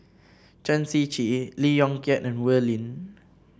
Chen Shiji Lee Yong Kiat and Wee Lin